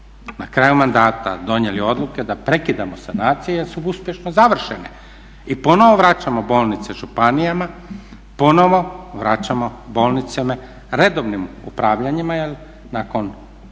na kraju mandata donijeli odluke da prekidamo sanacije jer su uspješno završene i ponovno vraćamo bolnice županijama, ponovno vraćamo bolnice redovnim upravljanjima jer nakon pune